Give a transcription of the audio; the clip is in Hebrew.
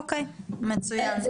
או-קיי, מצוין.